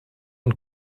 und